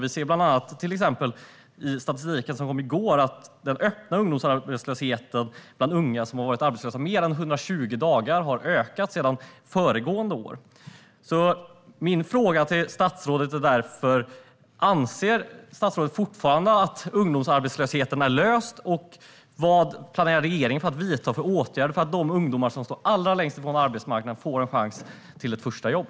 I den statistik som kom i går ser vi bland annat att den öppna arbetslösheten bland unga som har varit arbetslösa i mer än 120 dagar har ökat sedan föregående år. Min fråga till statsrådet är därför: Anser statsrådet fortfarande att problemet med ungdomsarbetslösheten är löst? Vad planerar regeringen att vidta för åtgärder för att de ungdomar som står allra längst från arbetsmarknaden ska få en chans till ett första jobb?